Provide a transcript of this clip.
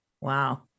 wow